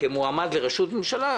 כמועמד לראשות ממשלה,